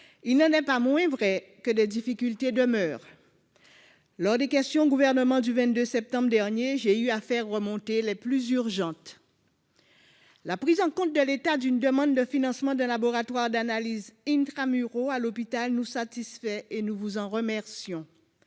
il n'en est pas moins vrai que des difficultés demeurent. Lors de la séance des questions au Gouvernement du 22 septembre dernier, j'ai eu à faire remonter les plus urgentes. La prise en compte par l'État d'une demande de financement d'un laboratoire d'analyse intra-muros à l'hôpital nous satisfait et nous vous en remercions.